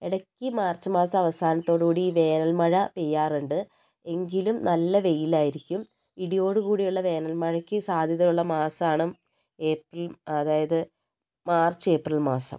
ഇടക്ക് മാർച്ച് മാസം അവസാനത്തോടുകൂടി വേനൽ മഴ പെയ്യാറുണ്ട് എങ്കിലും നല്ല വെയിലായിരിക്കും ഇടിയോടു കൂടിയുള്ള വേനൽ മഴയ്ക്ക് സാധ്യതയുള്ള മാസമാണ് ഏപ്രിൽ അതായത് മാർച്ച് ഏപ്രിൽ മാസം